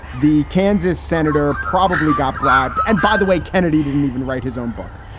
the kansas senator probably got bribed. and by the way, kennedy didn't even write his own book.